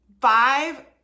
five